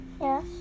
Yes